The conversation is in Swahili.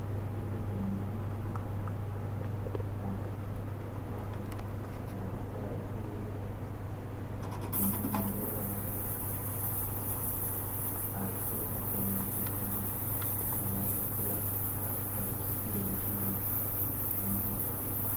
Kupita kwenye kiti, na kufanya, anafaa apige na asimame mbele ya watu aseme chenye atafanya na watu pia wasike vizuri na Mungu